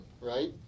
right